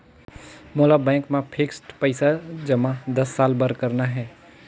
मोला बैंक मा फिक्स्ड पइसा जमा दस साल बार करना हे?